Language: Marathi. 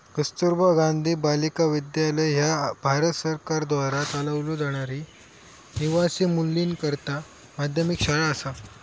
कस्तुरबा गांधी बालिका विद्यालय ह्या भारत सरकारद्वारा चालवलो जाणारी निवासी मुलींकरता माध्यमिक शाळा असा